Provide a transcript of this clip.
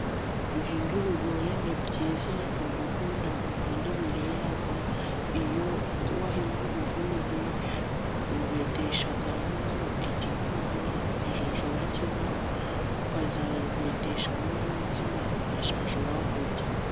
Guhinga ibigori ni byiza, turabikunda kandi birera, iyo wahinze ibigori, ubeteshamo igikoma ukazajya ukinywa, ukazabeteshamo n'umutsima ukazajya urawurya.